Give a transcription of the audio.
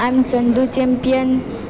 આમ ચંદુ ચેમ્પિયન